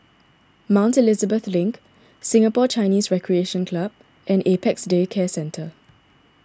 Mount Elizabeth Link Singapore Chinese Recreation Club and Apex Day Care Centre